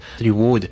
reward